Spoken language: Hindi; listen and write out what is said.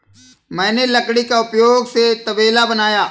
मैंने लकड़ी के उपयोग से तबेला बनाया